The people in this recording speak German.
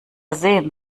sehen